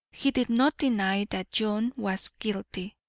he did not deny that john was guilty,